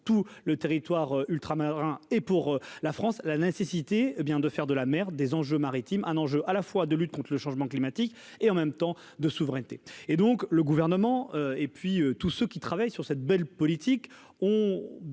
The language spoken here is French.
tout le territoire ultramarin et pour la France, la nécessité, hé bien de faire de la merde des enjeux maritimes un enjeu à la fois de lutte contre le changement climatique et en même temps de souveraineté et donc le gouvernement et puis tous ceux qui travaillent sur cette belle politiques ont bien